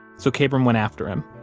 so kabrahm went after him,